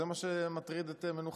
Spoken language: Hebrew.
זה מה שמטריד את מנוחתך?